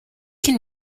can